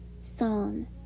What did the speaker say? Psalm